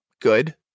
Good